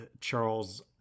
Charles